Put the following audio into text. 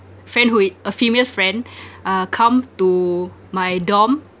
friend who i~ a female friend uh come to my dorm